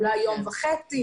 אולי יום וחצי,